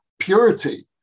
purity